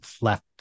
left